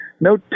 No